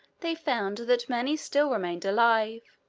they found that many still remained alive,